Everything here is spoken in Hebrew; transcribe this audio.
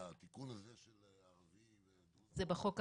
התיקון הזה של הערבים זה --- זה בחוק החדש,